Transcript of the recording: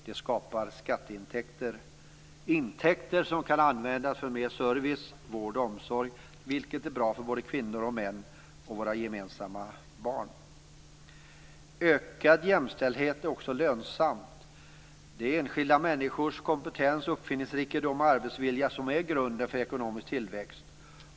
Det skapar skatteintäkter - intäkter som kan användas för mer service, vård och omsorg, vilket är bra för både kvinnor, män och för våra gemensamma barn. Ökad jämställdhet är också lönsamt. Det är enskilda människors kompetens, uppfinningsrikedom och arbetsvilja som är grunden för ekonomisk tillväxt.